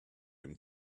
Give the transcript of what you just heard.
him